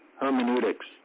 hermeneutics